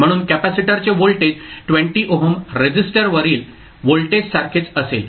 म्हणून कॅपेसिटरचे voltage 20 ohm resistor वरील व्होल्टेज सारखेच असेल